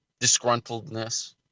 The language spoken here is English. Disgruntledness